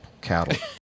cattle